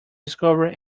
discovery